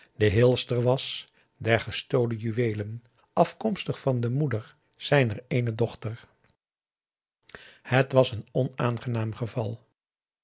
de heelster was der gestolen juweelen afkomstig van de moeder zijner eene dochter het was een onaangenaam geval